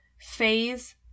phase